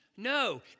No